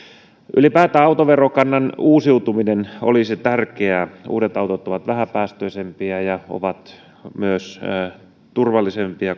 ylipäätään autoverokannan uusiutuminen olisi tärkeää uudet autot ovat vähäpäästöisempiä ja ovat myös turvallisempia